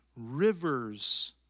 rivers